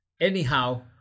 Anyhow